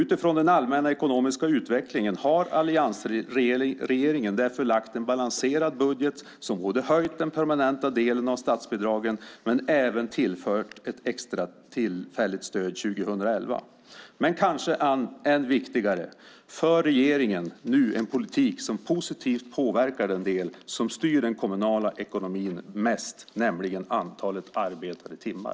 Utifrån den allmänna ekonomiska utvecklingen har alliansregeringen därför lagt fram en balanserad budget där man ökat den permanenta delen av statsbidragen och även tillfört ett extra tillfälligt stöd för 2011. Man ännu viktigare är kanske att regeringen nu för en politik som påverkar det som mest styr den kommunala ekonomin, nämligen antalet arbetade timmar.